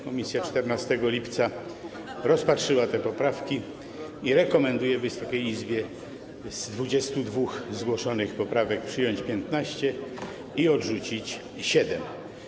Komisja 14 lipca rozpatrzyła te poprawki i rekomenduje Wysokiej Izbie z 22 zgłoszonych poprawek przyjąć 15 i odrzucić siedem.